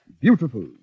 Beautiful